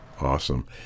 Awesome